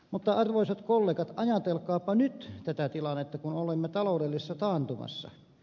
mutta arvoisat kollegat ajatelkaapa nyt tätä tilannetta kun olemme taloudellisessa taantumassa